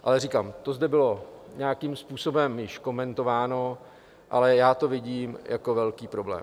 Ale říkám, to zde bylo nějakým způsobem již komentováno, ale já to vidím jako velký problém.